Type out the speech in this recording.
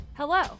Hello